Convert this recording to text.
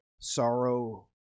sorrow